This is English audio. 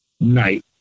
night